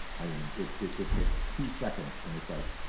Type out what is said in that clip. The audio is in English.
i mean it it takes two seconds and it's like,